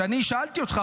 כשאני שאלתי אותך,